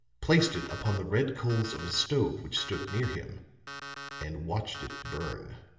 placed it upon the red coals of a stove which stood near him and watched it burn.